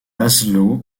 lászló